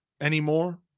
anymore